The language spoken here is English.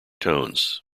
tones